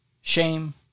SHAME